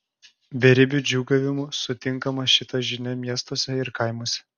beribiu džiūgavimu sutinkama šita žinia miestuose ir kaimuose